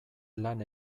lan